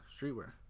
streetwear